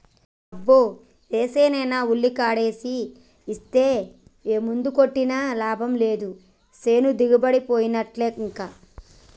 అబ్బో ఏసేనైనా ఉల్లికాడేసి ఇస్తే ఏ మందు కొట్టినా లాభం లేదు సేను దిగుబడిపోయినట్టే ఇంకా